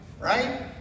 right